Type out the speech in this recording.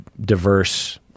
diverse